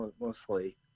mostly